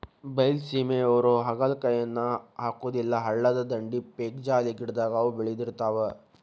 ಬೈಲಸೇಮಿಯವ್ರು ಹಾಗಲಕಾಯಿಯನ್ನಾ ಹಾಕುದಿಲ್ಲಾ ಹಳ್ಳದ ದಂಡಿ, ಪೇಕ್ಜಾಲಿ ಗಿಡದಾಗ ಅವ ಬೇಳದಿರ್ತಾವ